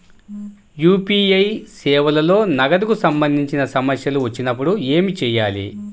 UPI సేవలలో నగదుకు సంబంధించిన సమస్యలు వచ్చినప్పుడు ఏమి చేయాలి?